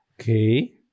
Okay